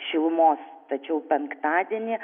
šilumos tačiau penktadienį